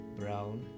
brown